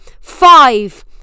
five